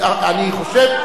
נכון.